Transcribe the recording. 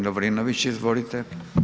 G. Lovrinović, izvolite.